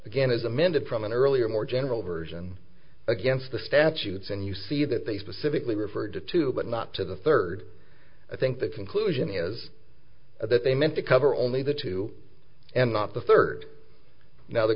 again is amended from an earlier more general version against the statutes and you see that they specifically referred to two but not to the third i think the conclusion is that they meant to cover only the two and not the third now the